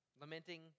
Lamenting